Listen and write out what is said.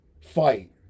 fight